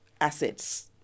assets